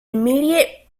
immediate